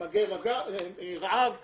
למגר את הרעב וכולי,